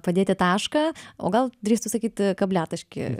padėti tašką o gal drįstu sakyt kabliataškį